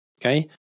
Okay